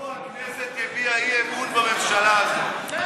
שבוע הכנסת תביע אי-אמון בממשלה הזו.